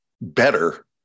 better